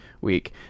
week